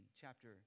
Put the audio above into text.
chapter